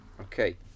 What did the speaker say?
Okay